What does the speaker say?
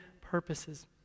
purposes